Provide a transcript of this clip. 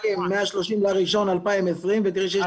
תפתחי את המיילים מה-30.1.2020 ותראי שיש